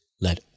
let